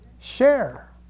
share